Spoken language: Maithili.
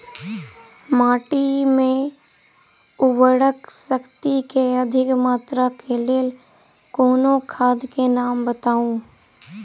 माटि मे उर्वरक शक्ति केँ अधिक मात्रा केँ लेल कोनो खाद केँ नाम बताऊ?